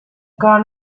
gone